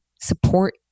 support